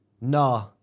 Nah